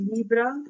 Libra